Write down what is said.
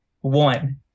one